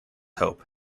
hope